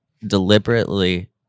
deliberately